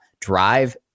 drive